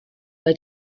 bei